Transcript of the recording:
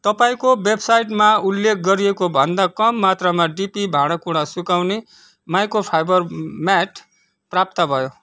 तपाँईको बेबसाइटमा उल्लेख गरिएको भन्दा कम मात्रामा डिपी भाँडाकुँडा सुकाउने माइको फाइबर म्याट प्राप्त भयो